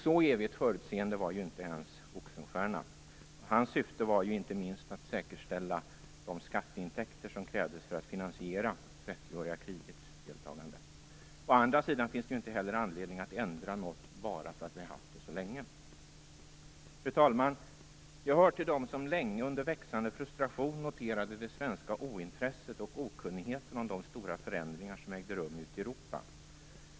Så evigt förutseende var ju inte ens Oxenstierna. Hans syfte var ju inte minst att säkerställa de skatteintäkter som krävdes för att man skulle kunna finansiera deltagandet i 30-åriga kriget. Å andra sidan finns det inte heller anledning att ändra något bara därför att vi har haft det så länge. Fru talman! Jag hör till dem som länge under växande frustration noterade det svenska ointresset för och okunnigheten om de stora förändringar som ägde rum ute i Europa.